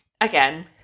again